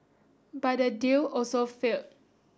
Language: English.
but that deal also failed